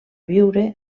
viure